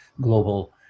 global